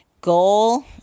goal